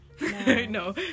No